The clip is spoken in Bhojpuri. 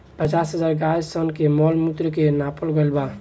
पचास हजार गाय सन के मॉल मूत्र के नापल गईल बा